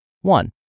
one